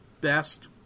best